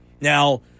Now